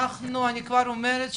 אני כבר אומרת,